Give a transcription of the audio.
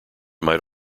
might